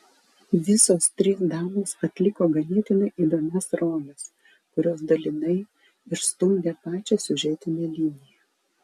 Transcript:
visos trys damos atliko ganėtinai įdomias roles kurios dalinai ir stumdė pačią siužetinę liniją